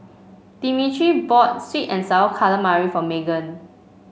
Dimitri bought sweet and sour calamari for Meghan